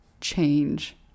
change